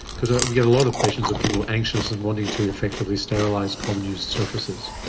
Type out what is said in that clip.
because ah we get a lot of questions of people anxious and wanting to effectively sterilise commonly used surfaces.